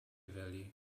valley